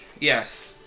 yes